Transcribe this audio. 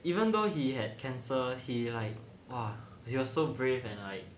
even though he had cancer he like !wah! he was so brave and like